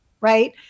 right